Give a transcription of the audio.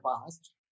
past